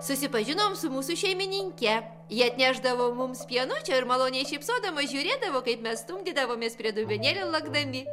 susipažinom su mūsų šeimininke ji atnešdavo mums pienučio ir maloniai šypsodama žiūrėdavo kaip mes stumdydavomės prie dubenėlio lakdami